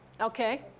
Okay